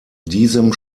diesem